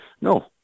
no